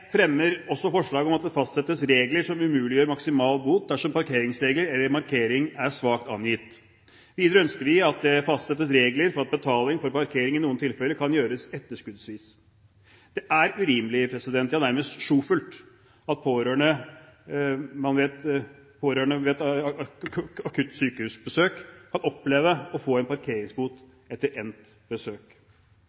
fremmer også forslag om at det fastsettes regler som umuliggjør maksimal bot dersom parkeringsregler eller markering er svakt angitt. Videre ønsker vi at det fastsettes regler for at betaling for parkering i noen tilfeller kan gjøres etterskuddsvis. Det er urimelig – ja, nærmest sjofelt – at pårørende på akutt sykehusbesøk kan oppleve å få en parkeringsbot